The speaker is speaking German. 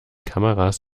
kameras